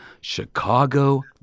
Chicago